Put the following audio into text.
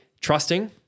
trusting